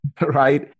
right